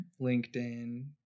LinkedIn